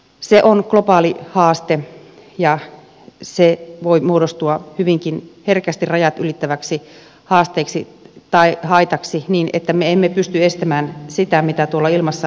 se on globaali haaste ja se voi muodostua hyvinkin herkästi rajat ylittäväksi haasteeksi tai haitaksi niin että me emme pysty estämään sitä mitä tuolla ilmassa liikkuu